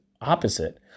opposite